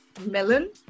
Melon